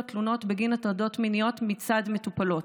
תלונות בגין הטרדות מיניות מצד מטופלות,